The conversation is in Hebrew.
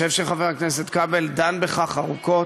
אני חושב שחבר הכנסת כבל דן בכך ארוכות.